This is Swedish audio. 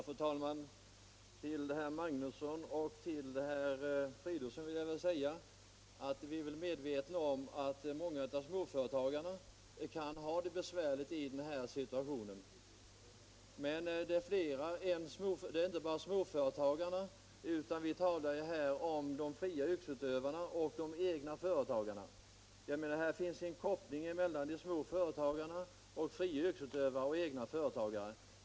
Fru talman! Till herr Magnusson i Nennesholm och herr Fridolfsson vill jag säga att vi är medvetna om att många småföretagare kan ha det besvärligt i den här situationen. Men det är inte bara småföretagarna vi talar om utan också de fria yrkesutövarna och de egna företagarna. Här finns en koppling mellan småföretagare, fria yrkesutövare och egna företagare.